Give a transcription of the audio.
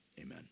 Amen